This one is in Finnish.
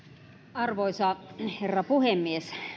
arvoisa herra puhemies